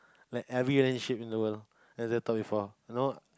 like every relationship in the world has that talk before you know